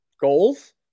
Goals